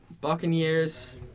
Buccaneers